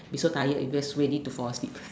be so tired you just ready to fall asleep